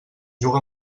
juga